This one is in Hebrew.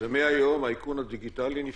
ומהיום האיכון הדיגיטלי נפסק?